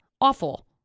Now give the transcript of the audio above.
Awful